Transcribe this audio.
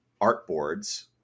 artboards